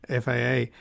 FAA